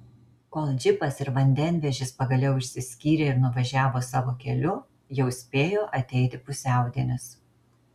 kol džipas ir vandenvežis pagaliau išsiskyrė ir nuvažiavo savo keliu jau spėjo ateiti pusiaudienis